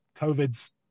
covid's